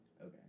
Okay